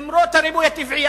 למרות הריבוי הטבעי,